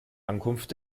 ankunft